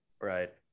Right